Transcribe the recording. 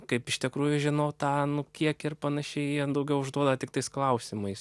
kaip iš tikrųjų žinot tą nu kiek ir panašiai jie daugiau užduoda tiktais klausimais